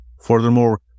Furthermore